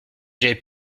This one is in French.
j’avais